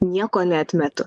nieko neatmetu